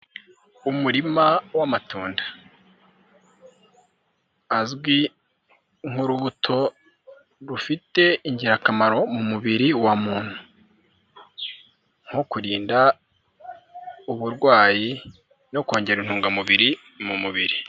Umurima w'amatunda azwi nk'urubuto rufite ingirakamaro mu mubiri wa muntu nko kurinda uburwayi no kongera intungamubiri mu mubiri.